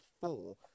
four